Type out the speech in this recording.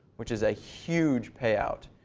which is a huge payout.